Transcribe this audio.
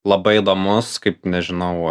labai įdomus kaip nežinau